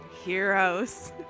Heroes